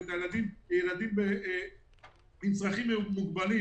ילדים מוגבלים